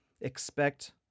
expect